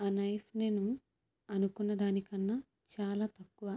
ఆ నైఫ్ నేను అనుకున్న దాని కన్నా చాలా తక్కువ